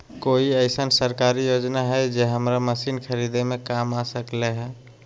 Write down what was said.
कोइ अईसन सरकारी योजना हई जे हमरा मशीन खरीदे में काम आ सकलक ह?